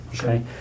Okay